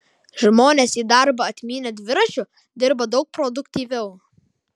žmonės į darbą atmynę dviračiu dirba daug produktyviau